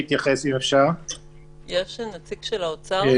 יש נציג של האוצר,